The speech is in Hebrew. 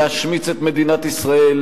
להשמיץ את מדינת ישראל,